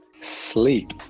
Sleep